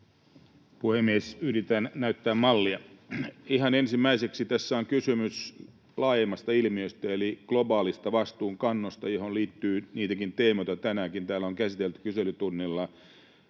puhemies! Yritän näyttää mallia. Ihan ensimmäiseksi: Tässä on kysymys laajemmasta ilmiöstä eli globaalista vastuunkannosta, johon liittyy niitäkin teemoja, joita tänäänkin täällä on käsitelty kyselytunnilla,